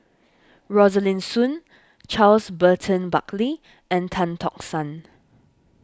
Rosaline Soon Charles Burton Buckley and Tan Tock San